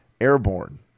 Airborne